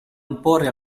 imporre